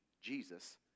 Jesus